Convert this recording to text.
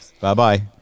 Bye-bye